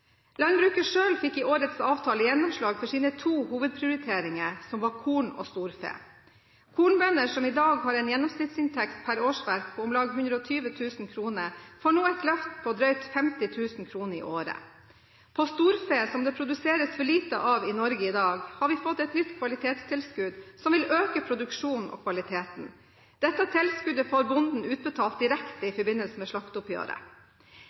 Landbruket selv fikk i årets avtale gjennomslag for sine to hovedprioriteringer, som var korn og storfe. Kornbønder som i dag har en gjennomsnittsinntekt per årsverk på om lag 120 000 kr, får nå et løft på drøyt 50 000 kr i året. På storfe, som det produseres for lite av i Norge i dag, har vi fått et nytt kvalitetstilskudd, som vil øke produksjonen og kvaliteten. Dette tilskuddet får bonden utbetalt direkte i forbindelse med slakteoppgjøret.